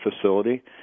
facility